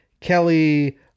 Kelly